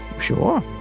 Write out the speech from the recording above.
Sure